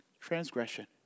transgression